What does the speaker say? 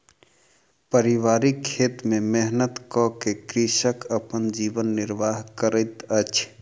पारिवारिक खेत में मेहनत कअ के कृषक अपन जीवन निर्वाह करैत अछि